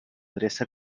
adreça